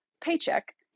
paycheck